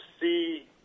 see